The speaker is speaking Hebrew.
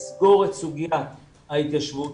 תסגור את סוגיית ההתיישבות,